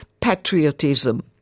patriotism